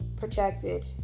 protected